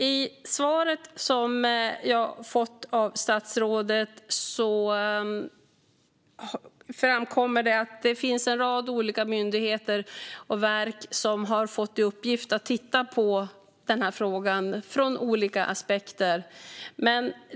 I svaret som jag fått av statsrådet framkommer det att det finns en rad olika myndigheter och verk som har fått i uppgift att titta på denna fråga ur olika aspekter.